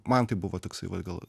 man tai buvo toksai va gal